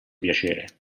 piacere